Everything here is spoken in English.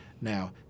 Now